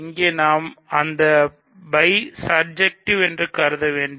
இங்கே நாம் அந்த φ சர்ஜெக்டிவ் என்று கருத வேண்டும்